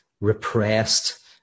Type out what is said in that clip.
repressed